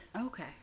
okay